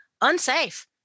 unsafe